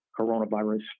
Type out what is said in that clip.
coronavirus